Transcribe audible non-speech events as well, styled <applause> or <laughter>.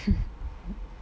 <laughs>